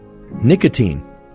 Nicotine